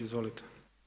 Izvolite.